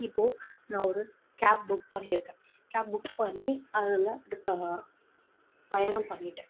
இப்போது நான் ஒரு கேப் புக் பண்ணியிருக்கேன் கேப் புக் பண்ணி அதில் பயணம் பண்ணிட்டேன்